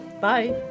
bye